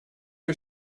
are